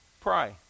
pray